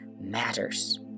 matters